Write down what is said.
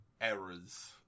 errors